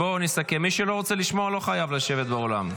בואו נסכם: מי שלא רוצה לשמוע לא חייב לשבת באולם.